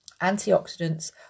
Antioxidants